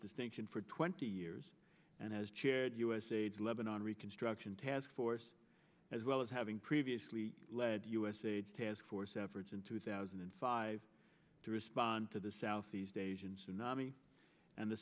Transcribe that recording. distinction for twenty years and has chaired usaid lebannon reconstruction task force as well as having previously led usaid task force efforts in two thousand and five to respond to the southeast asian tsunami and the